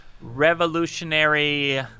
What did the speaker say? revolutionary